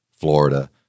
Florida